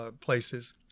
places